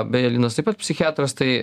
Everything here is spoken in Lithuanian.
beje linas taip pat psichiatras tai